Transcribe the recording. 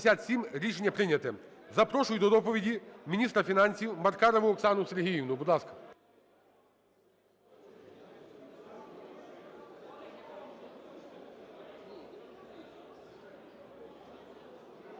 Рішення прийнято. Запрошую до доповіді міністра фінансів Маркарову Оксану Сергіївну.